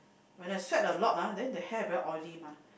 when I sweat a lot ah then the hair very oily mah